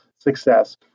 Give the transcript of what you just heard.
success